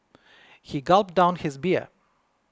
he gulped down his beer